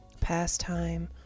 pastime